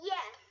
Yes